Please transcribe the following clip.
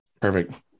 Perfect